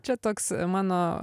čia toks mano